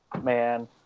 man